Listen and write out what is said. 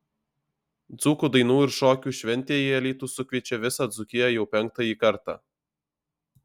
dzūkų dainų ir šokių šventė į alytų sukviečia visą dzūkiją jau penktąjį kartą